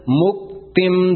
muktim